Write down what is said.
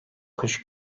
kuş